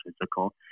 physical